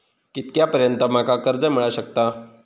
कितक्या पर्यंत माका कर्ज मिला शकता?